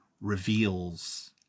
reveals